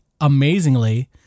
amazingly